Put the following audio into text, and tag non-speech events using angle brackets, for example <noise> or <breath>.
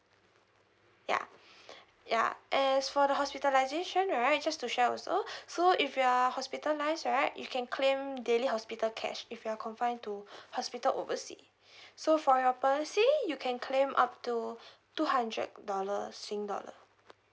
ya <breath> ya as for the hospitalisation right just to share also <breath> so if you're hospitalise right you can claim daily hospital cash if you're confined to <breath> hospital overseas <breath> so for your policy you can claim up to <breath> two hundred dollars singapore dollar